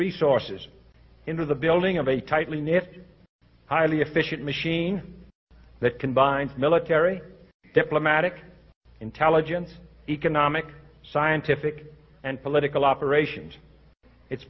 resources into the building of a tightly knit highly efficient machine that can bind military diplomatic intelligence economic scientific and political operations it